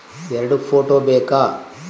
ಎರಡು ಫೋಟೋ ಬೇಕಾ?